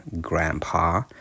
grandpa